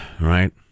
right